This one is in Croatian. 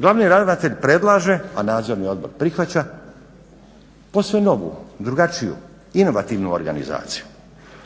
Glavni ravnatelj predlaže, a nadzorni odbor prihvaća posve novu, drugačiju, inovativnu organizaciju,